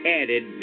added